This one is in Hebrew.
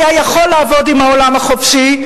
היה יכול לעבוד עם העולם החופשי,